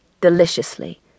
deliciously